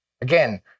Again